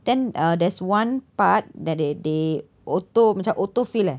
then uh there's one part that they they auto macam auto fill eh